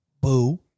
Boo